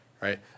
right